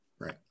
right